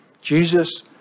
Jesus